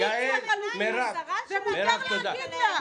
מותר להגיד לה.